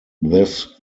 this